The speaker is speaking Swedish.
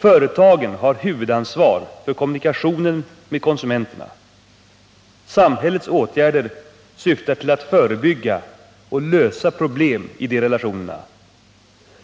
Företagen har huvudansvar för kommunikationen med konsumenterna. Samhällets åtgärder syftar till att förebygga och lösa problem i de relationerna.